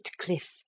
cliff